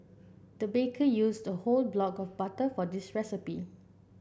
the baker used a whole block of butter for this recipe